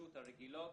ההתקשרות הרגילות.